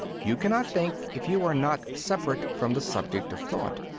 you cannot think if you are not separate from the subject of thought.